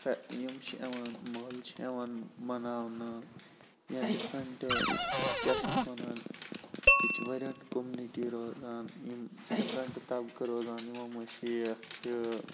فےٚ یِم چھِ یِوان مٲلہٕ چھِ یِوان مناونہٕ یا ڈِفرَنٹ کیاہ چھِ اَتھ وَنان ییٚتہِ چھِ وارِیاہَن کوٚمنٹی روزان یِم ڈِفرَنٹ طبقَہٕ روزان یِمو منٛز شیخ چھِ تہٕ